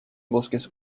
bosques